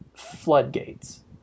floodgates